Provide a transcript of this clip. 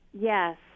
Yes